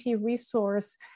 resource